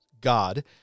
God